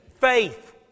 Faith